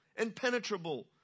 impenetrable